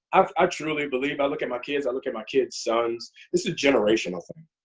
um i truly believe i look at my kids, i look at my kids' sons, it's a generational thing.